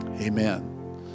Amen